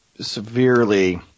severely